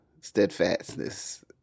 steadfastness